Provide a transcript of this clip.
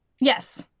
Yes